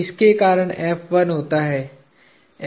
किसके कारण होता है